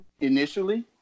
initially